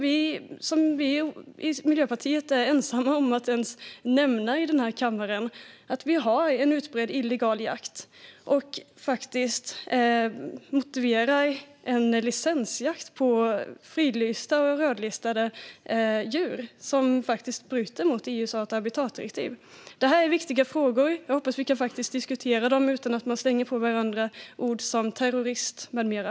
Vi i Miljöpartiet är ensamma i kammaren om att nämna att det finns en utbredd illegal jakt - det motiverar en licensjakt på fridlysta och rödlistade djur - som faktiskt bryter mot EU:s art och habitatdirektiv. Det här är viktiga frågor, och jag hoppas att vi kan diskutera dem utan att slänga på varandra ord som terrorist med mera.